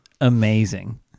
amazing